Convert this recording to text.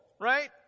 right